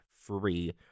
free